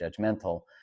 judgmental